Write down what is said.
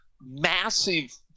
massive